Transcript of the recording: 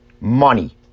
Money